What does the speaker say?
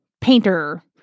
painter